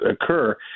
occur